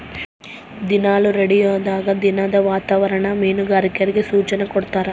ದಿನಾಲು ರೇಡಿಯೋದಾಗ ದಿನದ ವಾತಾವರಣ ಮೀನುಗಾರರಿಗೆ ಸೂಚನೆ ಕೊಡ್ತಾರ